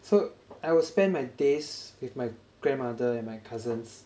so I would spend my days with my grandmother and my cousins